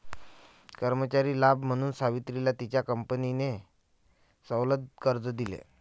कर्मचारी लाभ म्हणून सावित्रीला तिच्या कंपनीने सवलत कर्ज दिले